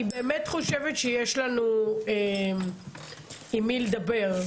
אני באמת חושבת שיש לנו עם מי לדבר,